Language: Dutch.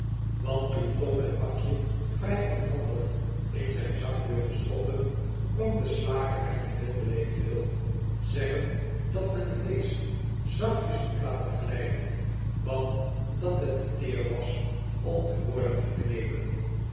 want toen tom het pakje vrij onhandig in zijn zak wilde stoppen kwam de slager hem heel beleefd te hulp zeggend dat men vleesch zachtjes moest laten glijden want dat het te teer was om te worden geknepen